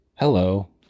Hello